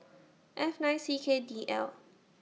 F nine C K D L